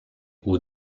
aux